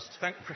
Thank